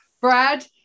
Brad